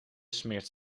smeert